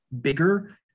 bigger